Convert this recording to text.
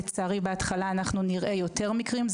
לצערי בהתחלה אנחנו נראה יותר מקרים.